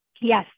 yes